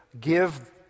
give